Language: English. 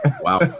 Wow